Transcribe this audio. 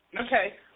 Okay